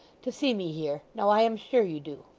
to see me here. now, i am sure you do